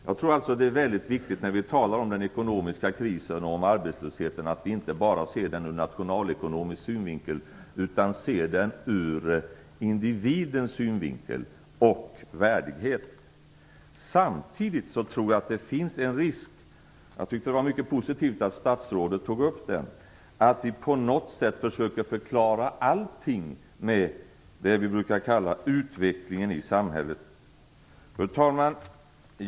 Jag tror alltså att det är väldigt viktigt att vi när vi talar om den ekonomiska krisen och om arbetslösheten inte ser det bara ur nationalekonomisk synvinkel utan också med hänsyn till individen och individens värdighet. Samtidigt tror jag att det finns en risk - jag tycker att det var mycket positivt att statsrådet tog upp den - att vi försöker förklara allting med vad vi brukar kalla utvecklingen i samhället. Fru talman!